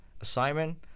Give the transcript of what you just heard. assignment